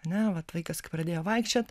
ane vat vaikas kai pradėjo vaikščiot